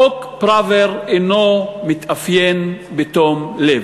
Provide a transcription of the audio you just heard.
חוק פראוור אינו מתאפיין בתום לב.